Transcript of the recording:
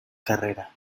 carrera